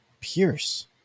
Pierce